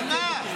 על מה?